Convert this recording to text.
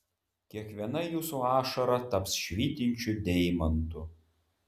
kiekviena jūsų ašara taps švytinčiu deimantu